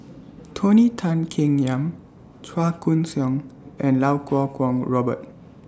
Tony Tan Keng Yam Chua Koon Siong and Iau Kuo Kwong Robert